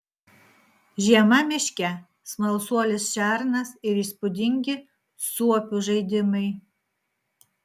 žiema miške smalsuolis šernas ir įspūdingi suopių žaidimai